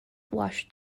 washed